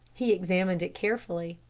he examined it carefully.